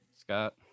Scott